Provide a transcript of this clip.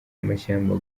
amashyamba